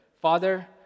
Father